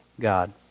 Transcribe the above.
God